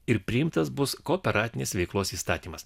ir priimtas bus kooperatinės veiklos įstatymas